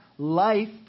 Life